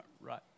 right